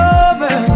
over